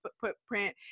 footprint